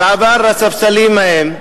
ועבר לספסלים ההם.